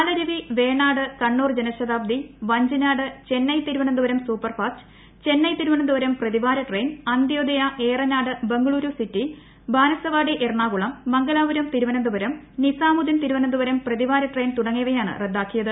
Palaruvi Venad Kannur Janshatabdi Vanchinad Chennai Thiruvananthapuram super fast Chennai Thiruvananthapuram പ്രതിവാര train Antyodaya Ernad Bengaluru intercity Banaswadi Ernakulam Mangalapuram Thiruvananthapuram Nizamuddin Thiruvananthapuram പ്രതിവാര ട്രെയിൻ തുടങ്ങിയവയാണ് റദ്ദാക്കിയത്